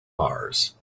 mars